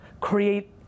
create